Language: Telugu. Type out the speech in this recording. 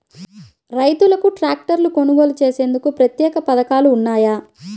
రైతులకు ట్రాక్టర్లు కొనుగోలు చేసేందుకు ప్రత్యేక పథకాలు ఉన్నాయా?